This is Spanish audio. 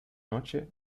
noche